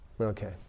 Okay